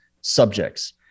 subjects